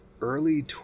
early